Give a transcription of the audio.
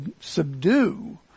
subdue